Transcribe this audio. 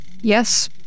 Yes